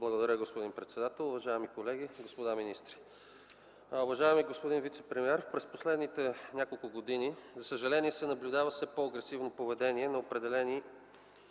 Благодаря, господин председател. Уважаеми колеги, господа министри! Уважаеми господин вицепремиер, през последните няколко години за съжаление се наблюдава все по-агресивно поведение на определени